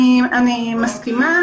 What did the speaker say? אני מסכימה,